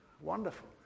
Wonderful